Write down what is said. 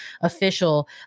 official